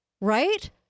Right